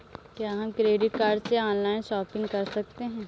क्या हम credit card से ऑनलाइन शॉपिंग कर सकते हैं?